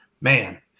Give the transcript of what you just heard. man